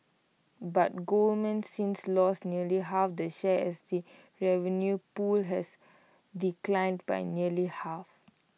but Goldman since lost nearly half that share as the revenue pool has declined by nearly half